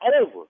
over